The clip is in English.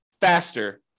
faster